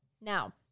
Now